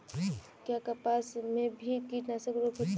क्या कपास में भी कीटनाशक रोग होता है?